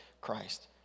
Christ